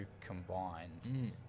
combined